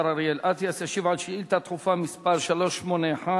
השר אריאל אטיאס ישיב על שאילתא דחופה מס' 381,